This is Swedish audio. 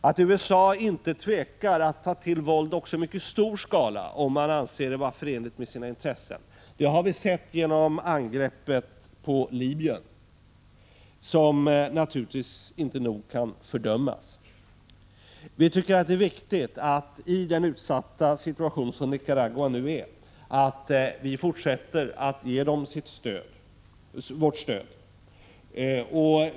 Att USA inte tvekar att ta till våld i mycket stor skala, om man anser det förenligt med sina intressen, har vi sett genom angreppet på Libyen, vilket inte nog kan fördömas. I den utsatta situation som Nicaragua nu befinner sig i tycker vi det är viktigt att ge fortsatt stöd till landet.